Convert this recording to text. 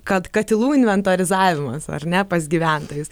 kad katilų inventorizavimas ar ne pas gyventojus